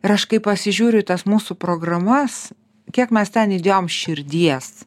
raškai pasižiūriu į tas mūsų programas kiek mes ten įdėjom širdies